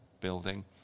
building